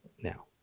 now